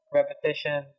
repetition